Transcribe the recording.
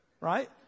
right